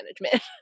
management